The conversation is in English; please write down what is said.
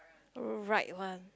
right one